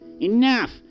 Enough